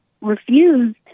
refused